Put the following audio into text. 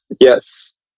Yes